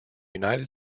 united